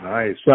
Nice